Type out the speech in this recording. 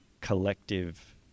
collective